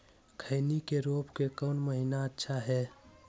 खैनी के रोप के कौन महीना अच्छा है?